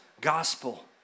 gospel